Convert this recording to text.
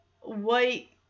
white